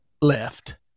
left